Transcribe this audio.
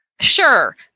Sure